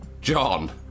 John